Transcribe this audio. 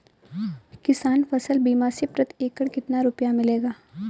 किसान फसल बीमा से प्रति एकड़ कितना रुपया मिलेगा?